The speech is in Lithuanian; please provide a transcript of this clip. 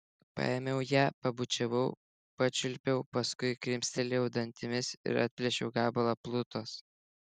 paėmiau ją pabučiavau pačiulpiau paskui krimstelėjau dantimis ir atplėšiau gabalą plutos